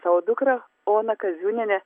savo dukrą oną kaziūnienę